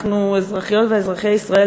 אזרחיות ואזרחי ישראל,